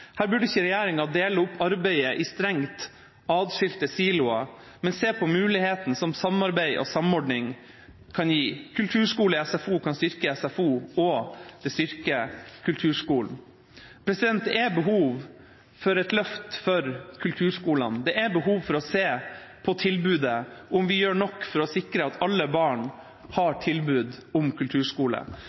Her burde ikke regjeringa dele opp arbeidet i strengt atskilte siloer, men se på mulighetene som samarbeid og samordning kan gi. Kulturskole i SFO kan styrke SFO, og det styrker kulturskolen. Det er behov for et løft for kulturskolene. Det er behov for å se på tilbudet, om vi gjør nok for å sikre at alle barn har tilbud om kulturskole.